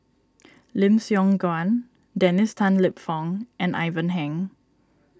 Lim Siong Guan Dennis Tan Lip Fong and Ivan Heng